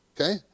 Okay